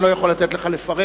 אני לא יכול לתת לך לפרט,